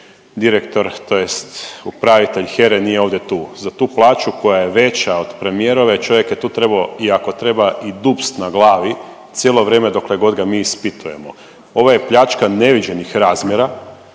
direktor tj. upravitelj HERA-e nije ovdje tu. Za tu plaću koja je veća od premijerove čovjek je tu trebao i ako treba i dubst na glavi cijelo vrijeme dok ga mi ispitujemo. Ovo je pljačka neviđenih razmjera,